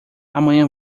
amanhã